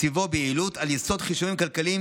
תקציבו ביעילות על יסוד חישובים כלכליים